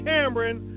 Cameron